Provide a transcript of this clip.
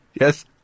Yes